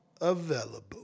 available